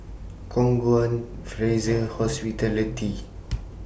Khong Guan Fraser Hospitality